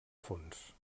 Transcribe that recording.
fons